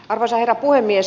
arvoisa herra puhemies